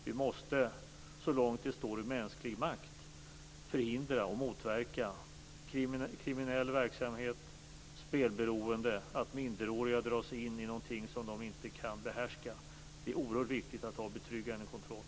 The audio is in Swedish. Vi måste, så långt det står i mänsklig makt, förhindra och motverka kriminell verksamhet och spelberoende samt att minderåriga dras in i någonting som de inte kan behärska. Det är oerhört viktigt att ha betryggande kontroll.